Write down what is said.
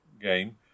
game